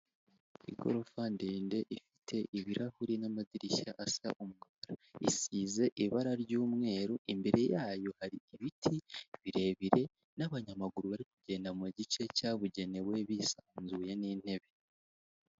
Igorofa ndende ifite ibirahuri n'amadirishya asa umukara, isize ibara ry'umweru, imbere yayo hari ibiti birebire n'abanyamaguru bari kugenda mu gice cyabugenewe bisanzuye n'intebe.